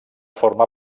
forma